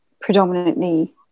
predominantly